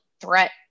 threat